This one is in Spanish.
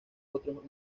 otros